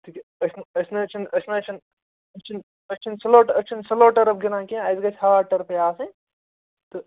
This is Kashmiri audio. تہِ کیٛاہ أسۍ نہٕ حظ چھِنہٕ أسۍ نہٕ حظ چھِنہٕ أسۍ چھِنہٕ أسۍ چھِنہٕ سِلوٹ أسی چھِنہٕ سِلو ٹٕرٕپ گِنٛدن کیٚنٛہہ اَسہِ گٔژھِ ہارڑ ٹٕرٕبے آسٕنۍ تہٕ